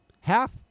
half